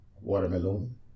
watermelon